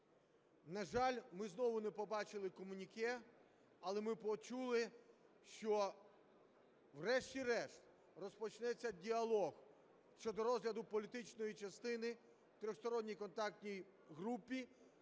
На жаль, ми знову не побачили комюніке, але ми почули, що врешті-решт розпочнеться діалог щодо розгляду політичної частини у Тристоронній контактній групі.